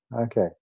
okay